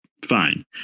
fine